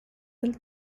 dal